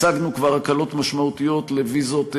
השגנו כבר הקלות משמעותיות לוויזות מסין,